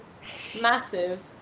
massive